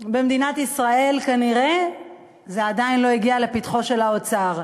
במדינת ישראל כנראה זה עדיין לא הגיע לפתחו של האוצר.